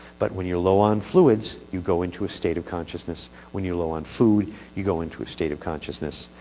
but when you're low on fluids, you go into a state of consciousness. when you're low on food you go into a state of consciousness.